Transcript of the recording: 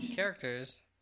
characters